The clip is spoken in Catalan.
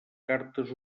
cartes